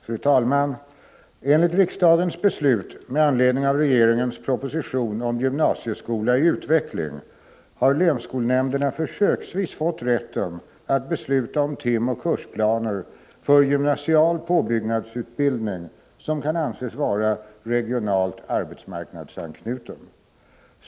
Fru talman! Enligt riksdagens beslut med anledning av regeringens proposition om gymnasieskola i utveckling har länsskolnämnderna försöksvis fått rätten att besluta om timoch kursplaner för gymnasial påbyggnadsutbildning som kan anses vara regionalt arbetsmarknadsanknuten.